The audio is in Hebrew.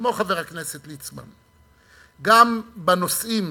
כמו חבר הכנסת ליצמן, גם בנושאים